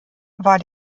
war